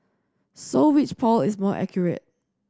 so which poll is more accurate